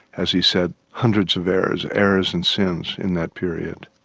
as he said, hundreds of errors, errors and sins, in that period.